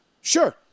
Sure